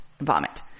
vomit